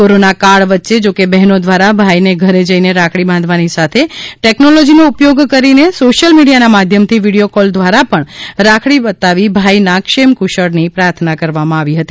corona કાળ વચ્ચે જોકે બહેનો દ્વારા ભાઈને ઘરે જઈને રાખડી બાંધવાની સાથે ટેકનોલોજીનો ઉપયોગ કરીને સોશ્યલ મીડિયાના માધ્યમથી વીડિયો કોલ દ્વારા પણ રાખડી બતાવી ભાઈના ક્ષેમકુશળની પ્રાર્થના કરવામાં આવી હતી